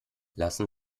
lassen